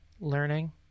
learning